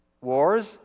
wars